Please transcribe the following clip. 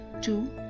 two